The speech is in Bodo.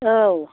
औ